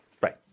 right